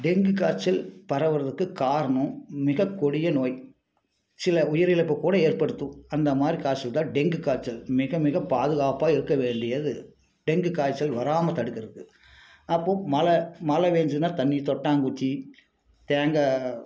dengue காய்ச்சல் பரவுகிறதுக்கு காரணம் மிக கொடிய நோய் சில உயிரிழப்புக்கூட ஏற்படுத்தும் அந்தமாதிரி காய்ச்சல்தான் டெங்கு காய்ச்சல் மிக மிக பாதுகாப்பாக இருக்க வேண்டியது டெங்கு காய்ச்சல் வராமல் தடுக்கிறக்கு அப்போது மழை மழை பெஞ்சிதுன்னா தண்ணி கொட்டாங்குச்சி தேங்காய்